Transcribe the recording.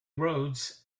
roads